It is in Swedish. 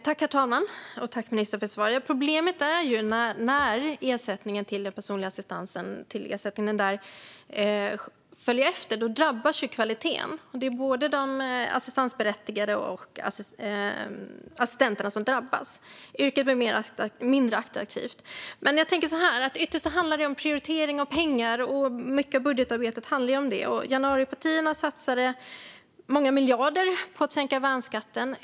Herr talman! Tack, ministern, för svaret! Problemet är att när ersättningen för den personliga assistansen hamnar efter drabbas kvaliteten. Det är både de assistansberättigade och assistenterna som drabbas. Yrket blir mindre attraktivt. Men jag tänker så här: Ytterst handlar det om prioritering och pengar. Mycket av budgetarbetet handlar om det. Januaripartierna satsade många miljarder på att sänka värnskatten.